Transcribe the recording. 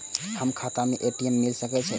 हमर खाता में ए.टी.एम मिल सके छै?